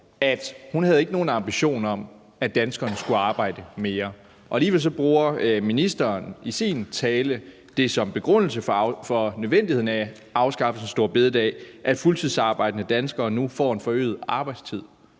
at hun ikke havde nogen ambitioner om, at danskerne skulle arbejde mere. Alligevel bruger ministeren i sin tale det som begrundelse for nødvendigheden af afskaffelsen af store bededag, altså at fuldtidsarbejdende dansker nu får en forøget arbejdstid.